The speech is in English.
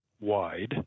wide